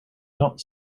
not